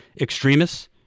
extremists